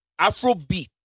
Afrobeat